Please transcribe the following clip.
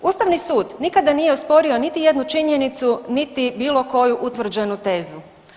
Ustavni sud nikada nije osporio niti jednu činjenicu niti bilo koju utvrđenu tezu.